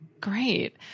Great